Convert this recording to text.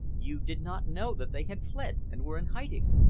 you did not know that they had fled, and were in hiding?